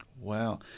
Wow